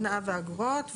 תנאיו ואגרות).